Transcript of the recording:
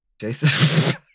jason